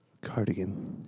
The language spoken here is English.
Cardigan